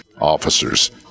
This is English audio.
officers